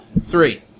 Three